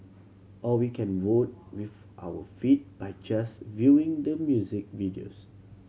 or we can vote with our feet by just viewing the music videos